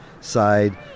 side